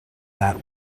that